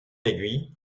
aiguille